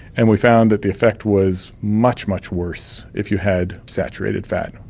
and we found that the effect was much, much worse if you had saturated fat.